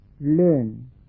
learn